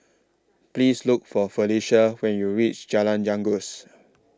Please Look For Felisha when YOU REACH Jalan Janggus